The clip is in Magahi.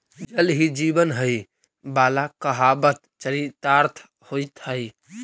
जल ही जीवन हई वाला कहावत चरितार्थ होइत हई